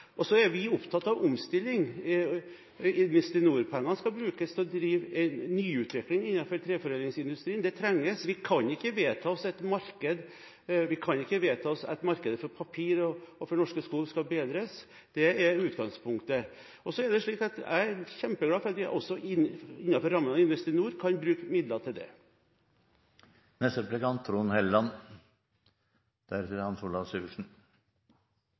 er opptatt av omstilling. Investinor-pengene skal brukes til å drive nyutvikling innenfor treforedlingsindustrien. Det trengs. Vi kan ikke vedta at markedet for papir og for Norske Skog skal bli bedre. Det er utgangspunktet. Jeg er kjempeglad for at vi også innenfor rammen av Investinor kan bruke midler til det.